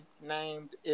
named